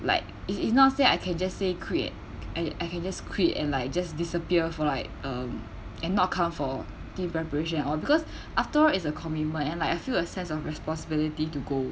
like is is not say I can just say quit I I can just quit and like just disappear for like um and not come for the preparation and all because after it's a commitment and like I feel a sense of responsibility to go